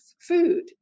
food